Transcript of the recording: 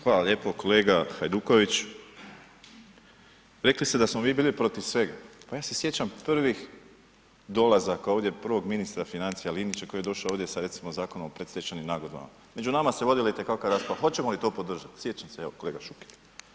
Hvala lijepo kolega Hajduković rekli ste da smo mi bili protiv svega, pa ja se sjećam prvih dolazaka ovdje, prvog ministra financija Linića koji je došao sa recimo Zakonom o predstečajnim nagodbama, među nama se vodila i te kakva rasprava, hoćemo li to podržati, sjeća se evo kolega Šuker.